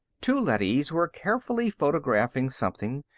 two leadys were carefully photographing something,